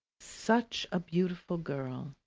such a beautiful girl!